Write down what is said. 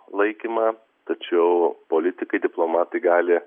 laikymą tačiau politikai diplomatai gali